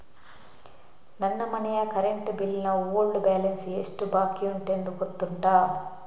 ನನ್ನ ಮನೆಯ current bill ನ ಓಲ್ಡ್ ಬ್ಯಾಲೆನ್ಸ್ ಎಷ್ಟು ಬಾಕಿಯುಂಟೆಂದು ಗೊತ್ತುಂಟ?